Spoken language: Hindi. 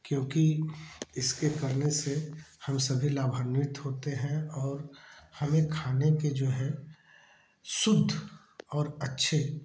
क्योंकि इसको करने से हम सभी लाभान्वित होते हैं और हमें खाने के जो है शुद्ध और अच्छे